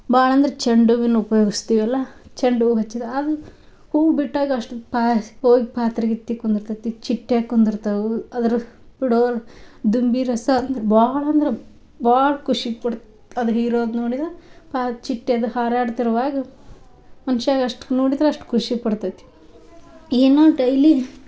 ಭಾಳಂದ್ರೆ ಚಂಡು ಹೂವನ್ನ ಉಪ್ಯೋಗಿಸ್ತೀವಲ್ಲ ಚಂಡು ಹೂ ಹಚ್ಚಿದ ಅದನ್ನ ಹೂ ಬಿಟ್ಟಾಗ ಅಷ್ಟು ಪಾ ಹೋಗಿ ಪಾತರಗಿತ್ತಿ ಕುಂದಿರ್ತೈತಿ ಚಿಟ್ಟೆ ಕುಂದಿರ್ತಾವು ಅದ್ರ ಬಿಡೊವಲ್ಲ ದುಂಬಿ ರಸಾಂದ್ರೆ ಭಾಳ ಅಂದ್ರೆ ಭಾಳ ಖುಷಿ ಕೊಡ್ತಾ ಅದು ಹೀರೋದು ನೋಡಿದ್ರೆ ಪಾ ಚಿಟ್ಟೆದು ಹಾರಾಡ್ತಿರುವಾಗ ಮನ್ಶ್ಯಾಗ ಅಷ್ಟು ನೋಡಿದ್ರೆ ಅಷ್ಟು ಖುಷಿ ಕೊಡ್ತೈತಿ ಏನೋ ಡೈಲಿ